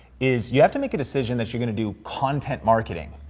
is you have to make a decision that you're going to do content marketing,